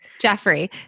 Jeffrey